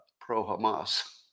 pro-Hamas